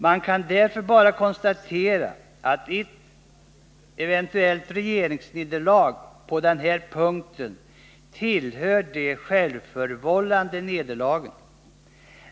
Man kan därför bara konstatera att ett eventuellt regeringsnederlag på den här punkten tillhör de självförvållade nederlagen.